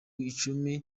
icumu